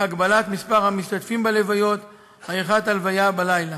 הגבלת מספר המשתתפים בהלוויות ועריכת ההלוויה בלילה.